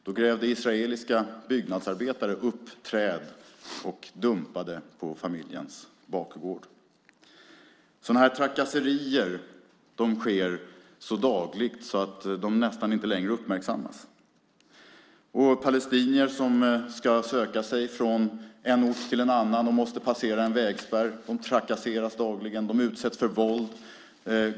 Då grävde israeliska byggnadsarbetare upp träd och dumpade på familjens bakgård. Sådana här trakasserier sker så dagligt att de nästan inte längre uppmärksammas. Palestinier som ska söka sig från en ort till en annan och som måste passera en vägspärr trakasseras dagligen. De utsätts för våld.